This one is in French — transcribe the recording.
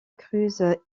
cruz